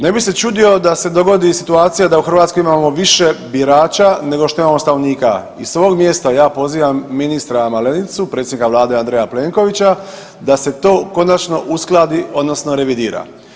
Ne bi se čudio da se dogodi situacija da u Hrvatskoj imamo više birača nego što imamo stanovnika i s ovog mjesta ja pozivam ministra Malenicu, predsjednika vlade Andreja Plenkovića da se to konačno uskladi odnosno revidira.